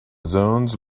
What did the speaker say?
zones